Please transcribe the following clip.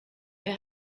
wer